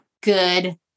good